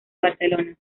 barcelona